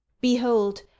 Behold